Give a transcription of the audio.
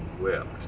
wept